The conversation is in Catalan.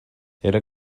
era